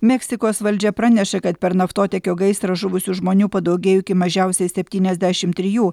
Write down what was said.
meksikos valdžia praneša kad per naftotiekio gaisrą žuvusių žmonių padaugėjo iki mažiausiai septyniasdešimt trijų